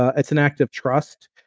ah it's an act of trust.